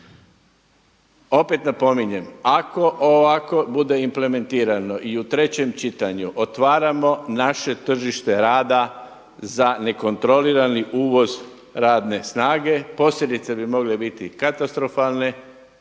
Opet napominjem, ako ovako bude implementirano i u trećem čitanju otvaramo naše tržište rada za nekontrolirani uvoz radne snage, posljedice bi mogle biti katastrofalne,